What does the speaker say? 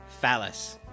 Phallus